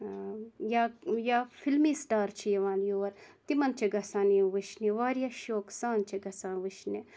یا یا فِلمی سِٹار چھِ یِوان یور تِمَن چھِ گَژھان یہِ وٕچھنہِ واریاہ شوق سان چھِ گَژھان وٕچھنہِ